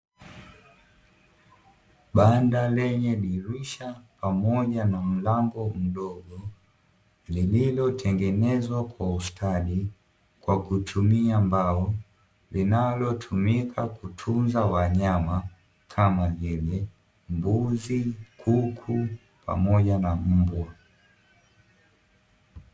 Banda lenye dirisha pamoja na mlango mdogo, lililotengenezwa kwa ustadi kwa kutumia mbao, linalotumika kutunza wanyama kama vile: mbuzi, kuku pamoja na mbwa.